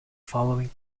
following